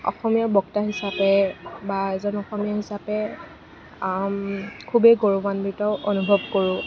অসমীয়া বক্তা হিচাপে বা এজন অসমীয়া হিচাপে খুবেই গৌৰৱান্বিত অনুভৱ কৰোঁ